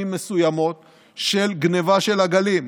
מסוימות ל-20% ו-30% של גנבה של עגלים.